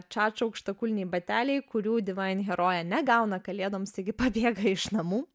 čač aukštakulniai bateliai kurių divain herojė negauna kalėdoms taigi pabėga iš namų